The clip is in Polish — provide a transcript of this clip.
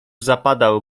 zapadał